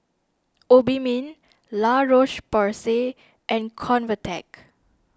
Obimin La Roche Porsay and Convatec